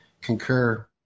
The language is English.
concur